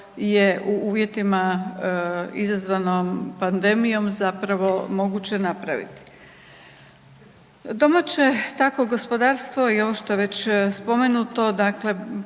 u uvjetima izazvanom pandemijom moguće napraviti. Domaće tako gospodarstvo i ovo što je već spomenuto dakle